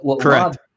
Correct